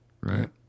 right